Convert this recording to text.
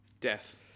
death